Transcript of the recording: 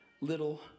little